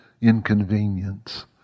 inconvenience